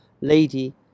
lady